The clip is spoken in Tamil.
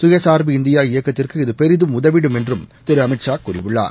சுயசா்பு இந்தியா இயக்கத்திற்கு இது பெரிதும் உதவிடும் என்றும் திரு அமித்ஷா கூறியுள்ளார்